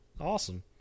Awesome